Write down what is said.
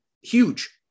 Huge